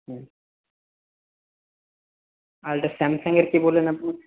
হুম আর একটা স্যামসাংয়ের কি বললেন আপনি